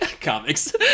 Comics